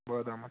بادامَن